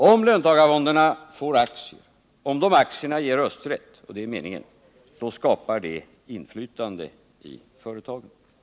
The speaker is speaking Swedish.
Om löntagarfonderna får aktier som ger rösträtt — och det är meningen — skapar de inflytande i företagen.